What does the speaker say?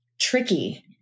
tricky